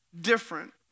different